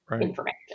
information